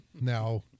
Now